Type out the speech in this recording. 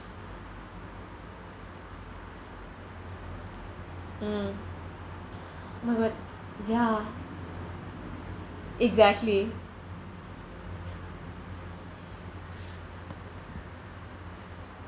mm oh my god ya exactly